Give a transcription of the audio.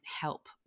help